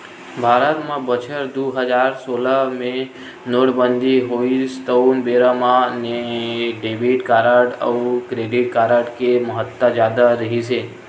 भारत म बछर दू हजार सोलह मे नोटबंदी होइस तउन बेरा म डेबिट कारड अउ क्रेडिट कारड के महत्ता जादा रिहिस हे